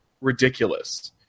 ridiculous